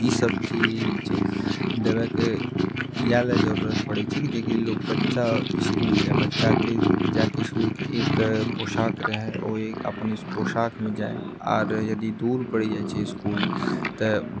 ई सब चीज देबएके इएह लऽ जरुरत पड़ै छै जे कि लोग बच्चा इसकुल जाए बच्चाके जा के इसकुलके एक पोशाक रहए ओहि अपन पोशाकमे जाए आर यदि दूर पड़ि जाइत छै इसकुल तऽ ओहो